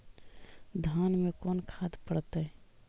धान मे कोन खाद पड़तै?